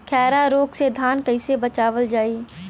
खैरा रोग से धान कईसे बचावल जाई?